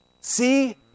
See